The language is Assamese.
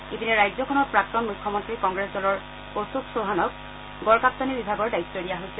ইপিনে ৰাজ্যখনৰ প্ৰাক্তন মুখ্যমন্ত্ৰী কংগ্ৰেছ দলৰ অশোক চৌহানক গড্কাপ্তানি বিভাগৰ দায়িত্ব দিয়া হৈছে